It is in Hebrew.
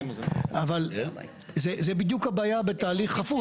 אבל זה בדיוק הבעיה בתהליך חפוז.